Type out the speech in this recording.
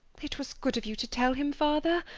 it was good of you to tell him, father.